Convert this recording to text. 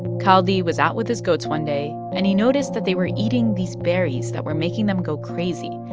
kaldi was out with his goats one day, and he noticed that they were eating these berries that were making them go crazy.